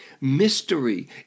mystery